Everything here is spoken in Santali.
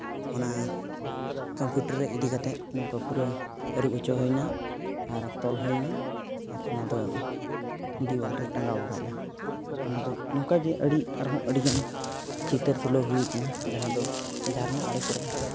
ᱚᱱᱟ ᱠᱚᱢᱯᱤᱭᱩᱴᱟᱨ ᱨᱮ ᱤᱫᱤ ᱠᱟᱛᱮᱫ ᱱᱚᱝᱠᱟ ᱯᱩᱨᱟᱹ ᱟᱹᱨᱩᱵ ᱦᱚᱪᱚ ᱦᱩᱭᱱᱟ ᱟᱨ ᱛᱚᱞ ᱦᱩᱭᱱᱟ ᱟᱨ ᱚᱱᱟ ᱫᱚ ᱫᱮᱣᱟᱞ ᱨᱮ ᱴᱟᱜᱟᱣ ᱟᱠᱟᱫᱟᱞᱮ ᱚᱱᱟ ᱫᱚ ᱱᱚᱝᱠᱟᱜᱮ ᱟᱹᱰᱤ ᱟᱨ ᱦᱚᱸ ᱟᱹᱰᱤ ᱜᱟᱱ ᱪᱤᱛᱟᱹᱨ ᱛᱩᱞᱟᱹᱣ ᱦᱩᱭ ᱠᱟᱱᱟ ᱡᱟᱦᱟᱸ ᱫᱚ ᱡᱷᱟᱨᱱᱟ ᱟᱬᱮ ᱠᱚᱨᱮᱫ